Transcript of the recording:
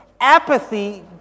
apathy